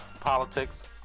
politics